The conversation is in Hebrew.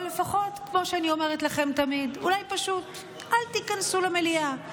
או לפחות כמו שאני אומרת לכם תמיד: אולי פשוט אל תיכנסו למליאה,